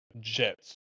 Jets